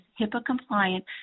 HIPAA-compliant